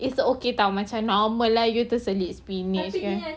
it's okay [tau] macam normal lah you terselit spinach kan